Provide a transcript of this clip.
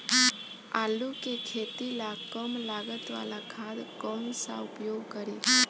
आलू के खेती ला कम लागत वाला खाद कौन सा उपयोग करी?